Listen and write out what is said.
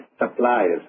suppliers